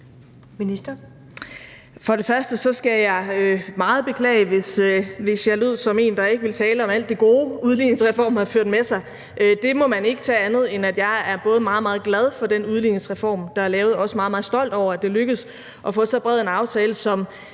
For det første skal jeg meget beklage, hvis jeg lød som en, der ikke ville tale om alt det gode, udligningsreformen har ført med sig. Det må man ikke tage som andet, end at jeg er meget, meget glad for den udligningsreform, der er lavet, og jeg er også meget, meget stolt over, at det lykkedes at få så bred en aftale, som